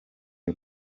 y’u